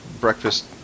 Breakfast